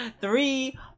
three